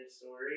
story